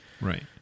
Right